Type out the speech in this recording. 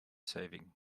saving